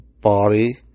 body